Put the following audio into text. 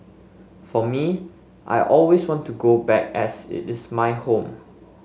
for me I always want to go back as it is my home